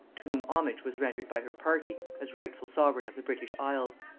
to whom homage was rendered by her party as rightful sovereign of the british isles.